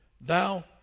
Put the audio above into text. thou